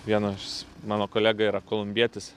vienas mano kolega yra kolumbietis